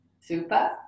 Super